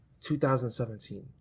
2017